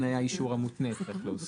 "או תנאי האישור המותנה" באותו סעיף.